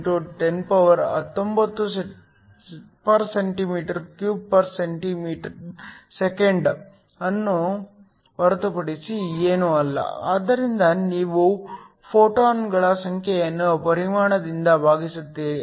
17 x 1019 cm 3 S 1 ಅನ್ನು ಹೊರತುಪಡಿಸಿ ಏನೂ ಇಲ್ಲ ಆದ್ದರಿಂದ ನೀವು ಫೋಟಾನ್ಗಳ ಸಂಖ್ಯೆಯನ್ನು ಪರಿಮಾಣದಿಂದ ಭಾಗಿಸುತ್ತೀರಿ